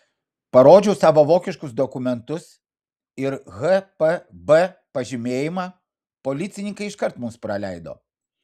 parodžiau savo vokiškus dokumentus ir hpb pažymėjimą policininkai iškart mus praleido